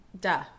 Duh